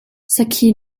sakhi